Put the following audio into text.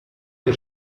der